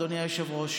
אדוני היושב-ראש,